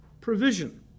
provision